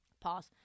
Pause